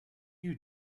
you